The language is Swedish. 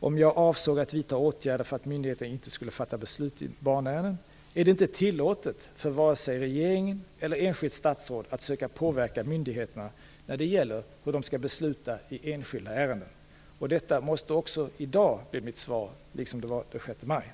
om jag avsåg att vidta åtgärder för att myndigheterna inte skulle fatta beslut i barnärenden, är det inte tillåtet för vare sig regeringen eller ett enskilt statsråd att söka påverka myndigheterna när det gäller hur de skall besluta i enskilda ärenden. Detta måste bli mitt svar också i dag, liksom det var den 6 maj.